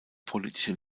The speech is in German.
politische